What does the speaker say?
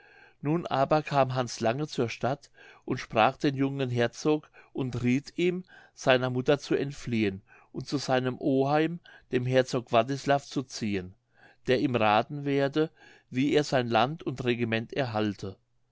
nun aber kam hans lange zur stadt und sprach den jungen herzog und rieth ihm seiner mutter zu entfliehen und zu seinem oheim dem herzog wartislav zu ziehen der ihm rathen werde wie er sein land und regiment erhalte